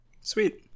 Sweet